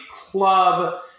club